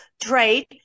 trade